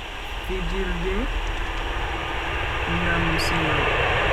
Fijirde ngam seyo